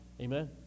Amen